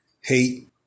hate